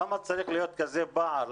למה צריך להיות כזה פער?